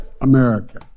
America